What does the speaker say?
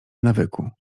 nawyku